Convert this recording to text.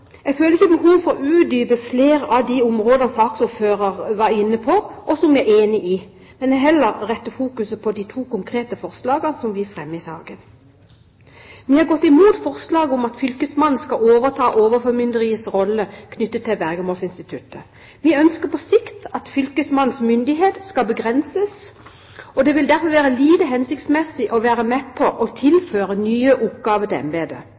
Jeg føler ikke behov for å utdype noen av de områdene som saksordføreren var inne på, og som vi er enig i, men jeg vil heller rette fokus mot de to konkrete forslagene som vi fremmer i saken. Vi har gått imot forslaget om at fylkesmannen skal overta overformynderiets rolle knyttet til vergemålsinstituttet. Vi ønsker på sikt at fylkesmannens myndighet skal begrenses. Det vil derfor være lite hensiktsmessig å være med på å tilføre nye oppgaver til embetet. Derfor mener vi i Fremskrittspartiet at det vil være bedre